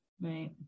right